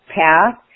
path